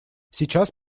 сейчас